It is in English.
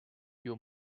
you